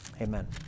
amen